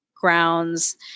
grounds